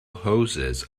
hoses